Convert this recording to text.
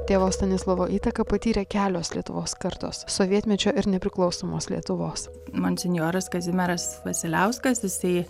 tėvo stanislovo įtaką patyrė kelios lietuvos kartos sovietmečio ir nepriklausomos lietuvos monsinjoras kazimieras vasiliauskas jisai